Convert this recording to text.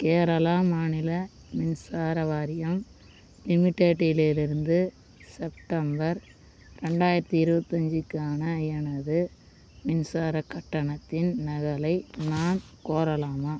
கேரளா மாநில மின்சார வாரியம் லிமிடெட்டிலிருந்து செப்டம்பர் ரெண்டாயிரத்தி இருபத்தஞ்சிக்கான எனது மின்சார கட்டணத்தின் நகலை நான் கோரலாமா